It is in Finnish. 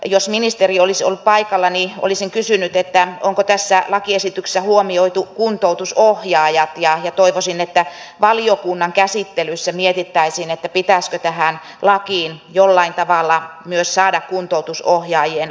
jos ministeri olisi ollut paikalla olisin kysynyt onko tässä lakiesityksessä huomioitu kuntoutusohjaajat ja toivoisin että valiokunnan käsittelyssä mietittäisiin pitäisikö tähän lakiin jollain tavalla saada myös kuntoutusohjaajien ammatti